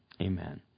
Amen